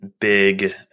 big